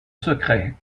secret